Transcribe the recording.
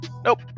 Nope